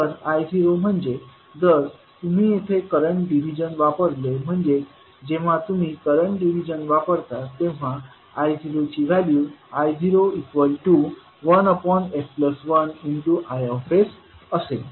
तर I0म्हणजे जर तुम्ही येथे करंट डिव्हिजन वापरले म्हणजेच जेव्हा तुम्ही करंट डिव्हिजन वापरता तेव्हा I0ची व्हॅल्यू I01s1Is असेल